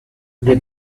the